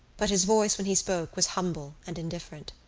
but his voice when he spoke was humble and indifferent.